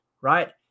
right